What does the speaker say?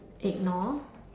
ignore